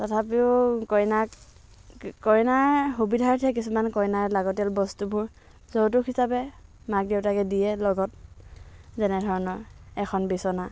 তথাপিও কইনাক কইনাৰ সুবিধাৰ্থে কিছুমান কইনাৰ লাগতীয়াল বস্তুবোৰ যৌতুক হিচাপে মাক দেউতাকে দিয়ে লগত যেনেধৰণৰ এখন বিচনা